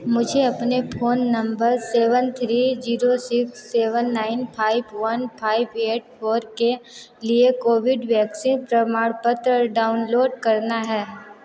मुझे अपने phone number seven three zero six seven nine five one five eight four के लिए Covid vaccine प्रमाणपत्र डाउनलोड करना है